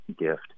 gift